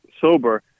sober